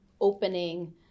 opening